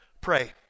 Pray